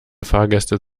fahrgäste